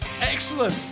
Excellent